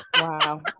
Wow